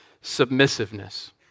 submissiveness